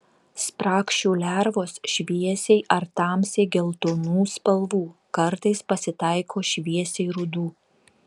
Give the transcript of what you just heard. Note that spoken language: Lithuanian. spragšių lervos šviesiai ar tamsiai geltonų spalvų kartais pasitaiko šviesiai rudų